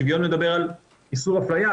שוויון מדבר על איסור אפליה,